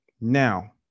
Now